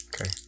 Okay